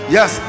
Yes